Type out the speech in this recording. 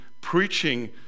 preaching